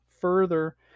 further